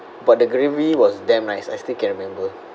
but the gravy was damn nice I still can remember